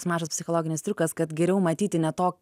mažas psichologinis triukas kad geriau matyti ne to